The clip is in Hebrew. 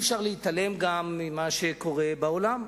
גם אי-אפשר להתעלם ממה שקורה בעולם,